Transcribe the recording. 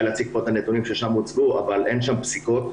להציג פה את הנתונים שהוצגו שם אבל אין שם פסיקות,